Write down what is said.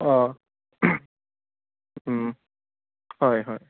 অঁ হয় হয়